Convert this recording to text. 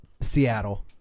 Seattle